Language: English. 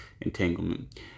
entanglement